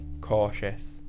cautious